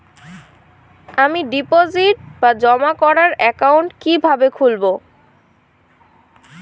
আমি ডিপোজিট বা জমা করার একাউন্ট কি কিভাবে খুলবো?